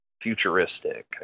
futuristic